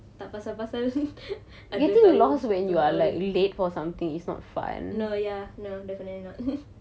tanpa sabar saya andai tahu kalau no ya no definitely not